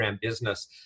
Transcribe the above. business